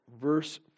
verse